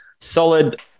solid